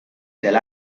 del